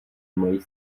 mají